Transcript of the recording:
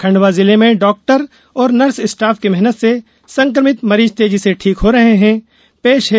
खंडवा जिले में डॉक्टर और नर्स स्टाफ की मेहनत से संक्रमित मरीज तेजी से ठीक हो रहे हैं